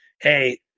hey